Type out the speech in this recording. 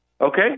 okay